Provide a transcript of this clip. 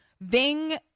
Ving